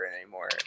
anymore